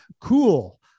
Cool